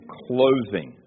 closing